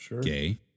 gay